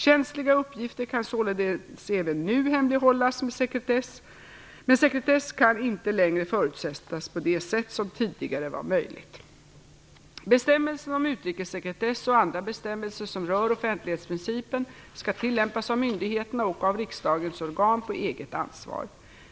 Känsliga uppgifter kan således även nu hemlighållas med sekretess, men sekretess kan inte längre förutsättas på det sätt som tidigare var möjligt. Bestämmelserna om utrikessekretess och andra bestämmelser som rör offentlighetsprincipen skall tillämpas av myndigheterna och av riksdagens organ på eget ansvar.